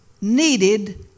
needed